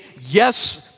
yes